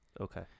Okay